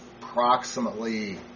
approximately